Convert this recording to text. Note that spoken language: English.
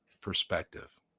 perspective